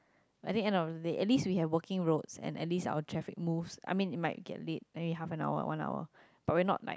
I need end of the day at least we got walking route and at least our traffic most I mean in my gap leave maybe half an hour one hour but really not like